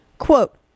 Quote